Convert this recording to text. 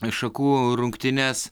šakų rungtynes